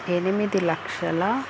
ఎనిమిది లక్షల